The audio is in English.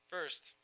First